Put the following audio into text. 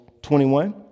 21